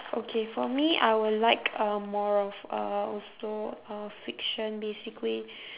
okay for me I will like um more of uh also uh fiction basically